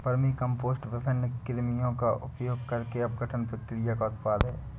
vermicompost विभिन्न कृमियों का उपयोग करके अपघटन प्रक्रिया का उत्पाद है